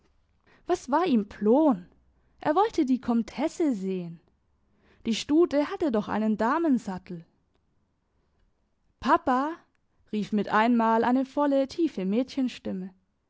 was war ihm ploen er wollte die komtesse sehen die stute hatte doch einen damensattel papa rief mit einmal eine volle tiefe mädchenstimme